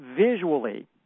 visually